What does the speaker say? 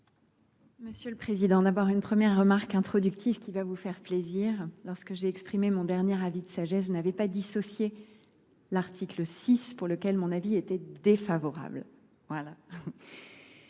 Monsieur le Président, d'abord une première remarque introductive qui va vous faire plaisir. Lorsque j'ai exprimé mon dernier avis de sagesse, je n'avais pas dissocié l'article 6 pour lequel mon avis était défavorable.